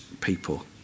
people